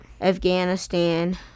Afghanistan